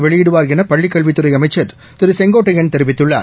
வெளியிடுவார் என பள்ளிக்கல்வித்துறை அமைச்சர் திரு செங்கோட்டையன் தெிவித்துள்ளார்